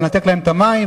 לנתק להם את המים,